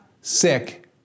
sick